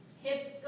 Hips